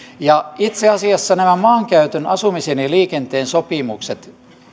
ja itse asiassa juuri näissä maankäytön asumisen ja ja liikenteen sopimuksissa